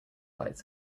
lights